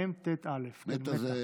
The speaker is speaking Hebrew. מ"מ, טי"ת, אל"ף, מטא.